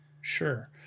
Sure